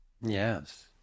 Yes